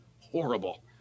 horrible